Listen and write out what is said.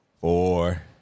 four